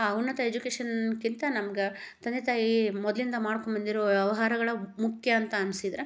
ಆ ಉನ್ನತ ಎಜುಕೇಶನ್ಕ್ಕಿಂತ ನಮ್ಗೆ ತಂದೆ ತಾಯಿ ಮೊದಲಿಂದ ಮಾಡ್ಕೊಬಂದಿರೊ ವ್ಯವಹಾರಗಳೆ ಮುಖ್ಯ ಅಂತ ಅನ್ಸಿದ್ರೆ